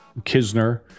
Kisner